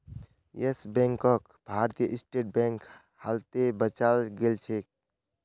yes बैंकक Bharatiya State Bank हालते बचाल गेलछेक